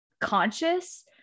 conscious